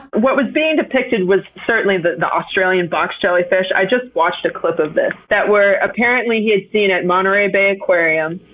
what was being depicted was, certainly, that the australian box jellyfish i just watched a clip of this that apparently he had seen at monterey bay aquarium.